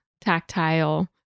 tactile